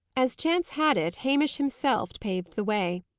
as chance had it, hamish himself paved the way.